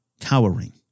cowering